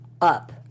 up